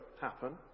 happen